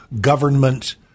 government